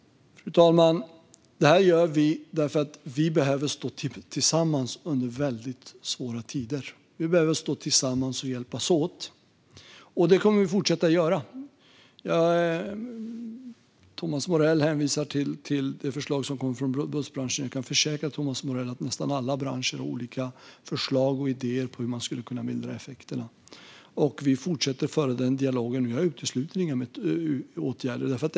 Fru talman! Detta gör vi därför att vi behöver stå tillsammans och hjälpas åt under väldigt svåra tider. Det kommer vi att fortsätta göra. Thomas Morell hänvisar till det förslag som kommer från bussbranschen. Jag kan försäkra Thomas Morell om att nästan alla branscher har olika förslag och idéer om hur man skulle kunna mildra effekterna. Vi fortsätter föra den dialogen, och jag utesluter inga åtgärder.